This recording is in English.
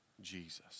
Jesus